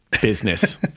business